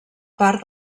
part